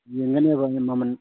ꯌꯦꯡꯒꯅꯦꯕ ꯑꯩꯅ ꯃꯃꯟ